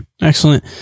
excellent